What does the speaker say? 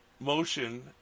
motion